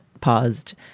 paused